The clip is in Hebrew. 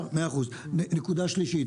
100%. נקודה שלישית,